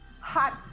hot